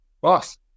boss